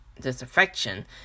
disaffection